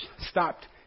stopped